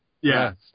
yes